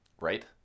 Right